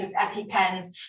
epipens